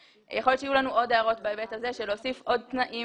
- יכול להיות שיהיו לנו עוד הערות בהיבט הזה להוסיף עוד תנאים